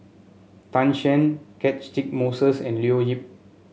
Tan Shen Moses and Leo Yip